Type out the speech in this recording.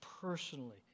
personally